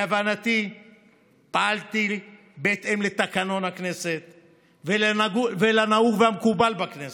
להבנתי פעלתי בהתאם לתקנון הכנסת ולנהוג והמקובל בכנסת.